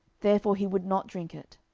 therefore he would not drink it.